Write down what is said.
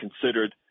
considered